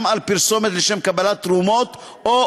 גם על פרסומת לשם קבלת תרומות או תעמולה,